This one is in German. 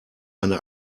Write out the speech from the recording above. eine